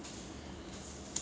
eh think ah 我肚子痛啊